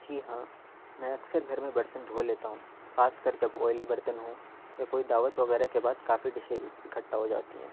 جی ہاں میں اکثر گھر میں برتن دھو لیتا ہوں خاص کر جب آئلی برتن ہوں یا کوئی دعوت وغیرہ کے بعد کافی ڈشیں اس اکھٹا ہو جاتی ہیں